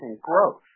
growth